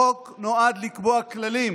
חוק נועד לקבוע כללים,